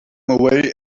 away